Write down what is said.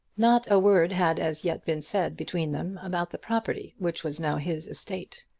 not a word had as yet been said between them about the property which was now his estate.